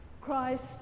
Christ